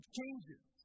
changes